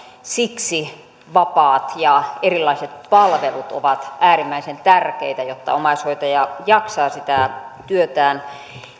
siksi vapaat ja erilaiset palvelut ovat äärimmäisen tärkeitä jotta omaishoitaja jaksaa sitä työtään